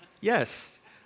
yes